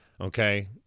okay